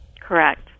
Correct